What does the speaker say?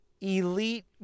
elite